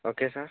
okay sir